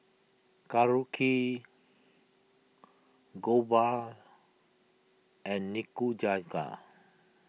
Korokke Jokbal and Nikujaga